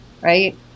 right